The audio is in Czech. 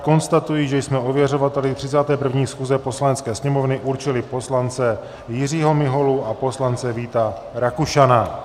Konstatuji, že jsme ověřovateli 31. schůze Poslanecké sněmovny určili poslance Jiřího Miholu a poslance Víta Rakušana.